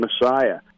Messiah